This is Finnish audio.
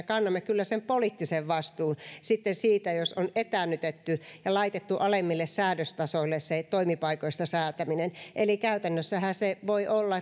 kannamme kyllä sen poliittisen vastuun siitä jos on etäännytetty ja laitettu alemmille säädöstasoille se toimipaikoista säätäminen eli käytännössähän